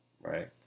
right